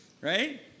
Right